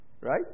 Right